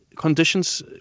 Conditions